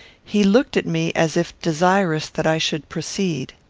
he looked at me as if desirous that i should proceed.